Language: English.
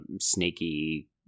snaky